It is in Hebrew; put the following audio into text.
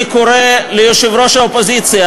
אני קורא ליושב-ראש האופוזיציה,